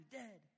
dead